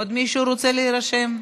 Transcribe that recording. עוד מישהו רוצה להירשם?